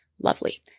Lovely